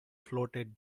floated